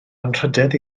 anrhydedd